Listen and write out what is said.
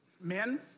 Men